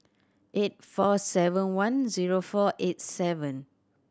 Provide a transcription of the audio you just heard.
eight four seven one zero four eight seven